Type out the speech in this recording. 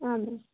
ಹಾಂ ಮ್ಯಾಮ್